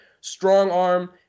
strong-arm